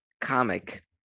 comic